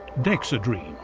dexedrine,